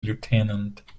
lieutenant